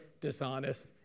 dishonest